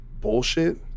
bullshit